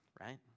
right